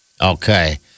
Okay